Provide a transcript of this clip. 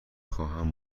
خواهم